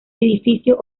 edificio